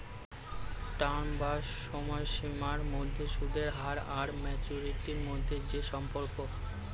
term বা সময়সীমার মধ্যে সুদের হার আর ম্যাচুরিটি মধ্যে যে সম্পর্ক